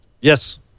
Yes